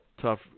tough